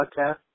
podcast